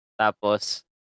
tapos